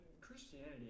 Christianity